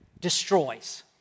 destroys